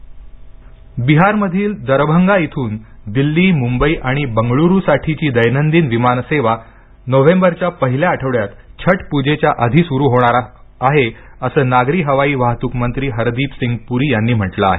विमान सेवा बिहारमधील दरभंगा इथून दिल्ली मुंबई आणि बंगळुरू साठीची दैनंदिन विमान सेवा नोव्हेंबरच्या पहिल्या आठवड्यात छट पूजेच्या आधी सुरू होणार होईल असं नागरी हवाई वाहतूक मंत्री हरदीप सिंग पुरी यांनी म्हटलं आहे